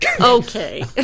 Okay